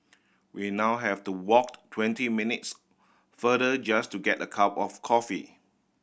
we now have to walk twenty minutes farther just to get a cup of coffee